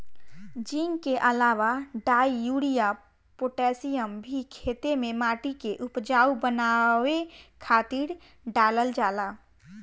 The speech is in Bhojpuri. जिंक के अलावा डाई, यूरिया, पोटैशियम भी खेते में माटी के उपजाऊ बनावे खातिर डालल जाला